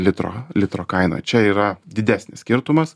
litro litro kaina čia yra didesnis skirtumas